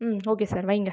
ம் okay sir வைங்க